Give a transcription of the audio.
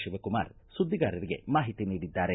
ಶಿವಕುಮಾರ್ ಸುದ್ದಿಗಾರರಿಗೆ ಮಾಹಿತಿ ನೀಡಿದ್ದಾರೆ